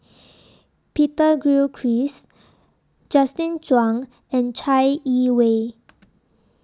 Peter Gilchrist Justin Zhuang and Chai Yee Wei